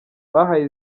bahaye